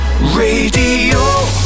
Radio